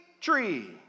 tree